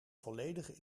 volledige